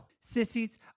Sissies